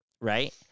Right